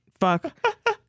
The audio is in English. Fuck